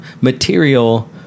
material